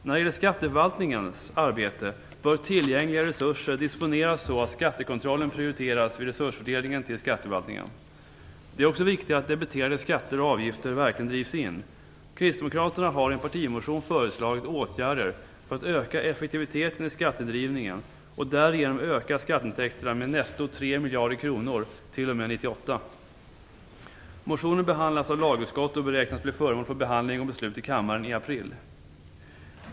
När det gäller skatteförvaltningens arbete bör tillgängliga resurser disponeras så att skattekontrollen prioriteras vid resursfördelningen till skatteförvaltningen. Det är också viktigt att debiterade skatter och avgifter verkligen drivs in. Kristdemokraterna har i en partimotion föreslagit åtgärder för att öka effektiviteten i skatteindrivningen och därigenom öka skatteintäkterna med netto 3 miljarder kronor t.o.m. 1998. Motionen behandlas av lagutskottet och beräknas bli föremål för behandling och beslut i kammaren i april.